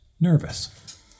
nervous